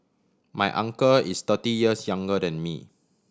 my uncle is thirty years younger than me